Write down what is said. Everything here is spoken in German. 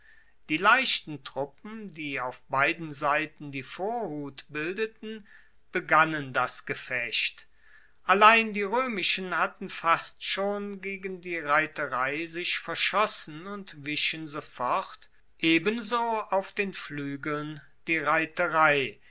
die leichten truppen die auf beiden seiten die vorhut bildeten begannen das gefecht allein die roemischen hatten fast schon gegen die reiterei sich verschossen und wichen sofort ebenso auf den fluegeln die reiterei